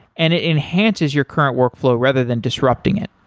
and it enhances your current workflow rather than disrupting it.